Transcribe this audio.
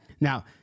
Now